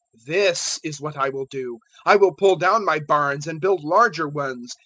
this is what i will do i will pull down my barns and build larger ones,